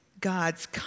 God's